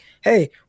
hey